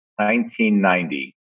1990